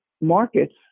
markets